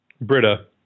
Britta